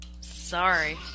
sorry